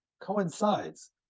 coincides